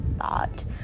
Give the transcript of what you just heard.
thought